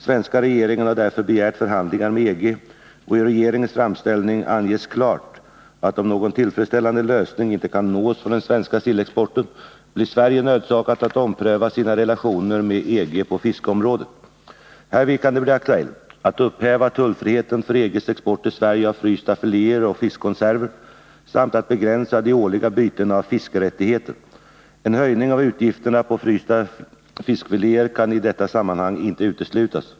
Svenska regeringen har därför begärt förhandlingar med EG, och i regeringens framställning anges klart, att om någon tillfredsställande lösning inte kan nås för den svenska sillexporten, blir Sverige nödsakat att ompröva sina relationer med EG på fiskeområdet. Härvid kan det bli aktuellt att upphäva tullfriheten för EG:s export till Sverige av frysta filéer och fiskkonserver samt att begränsa de årliga bytena av fiskerättigheter. En höjning av avgifterna på frysta fiskfiléer kan i detta sammanhang inte uteslutas.